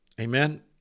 Amen